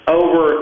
over